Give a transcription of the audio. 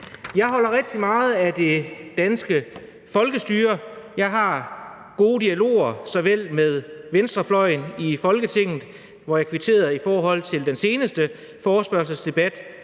Jeg holder rigtig meget af det danske folkestyre, jeg har gode dialoger med venstrefløjen i Folketinget, hvor jeg kvitterede for den seneste forespørgselsdebat,